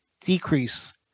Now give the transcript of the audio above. decrease